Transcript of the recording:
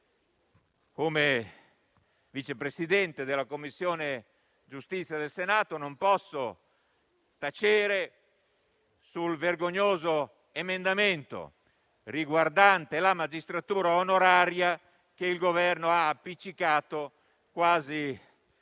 come Vice Presidente della Commissione giustizia del Senato, non posso tacere sul vergognoso emendamento riguardante la magistratura onoraria che il Governo ha appiccicato, quasi alla